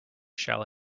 shall